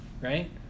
right